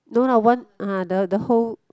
no lah one ah the the whole